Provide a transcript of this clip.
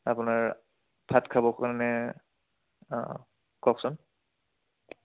আপোনাৰ ভাত খাবৰ কাৰণে অঁ কওকচোন